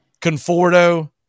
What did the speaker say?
Conforto